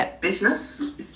business